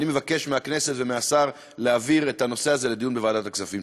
אני מבקש מהכנסת ומהשר להעביר את הנושא הזה לדיון בוועדת הכספים.